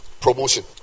Promotion